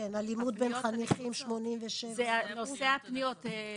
אלימות בין חניכים זה 87% מהפניות.